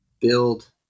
build